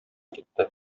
китте